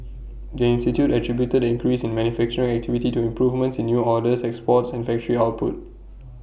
the institute attributed the increase in manufacturing activity to improvements in new orders exports and factory output